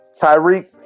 Tyreek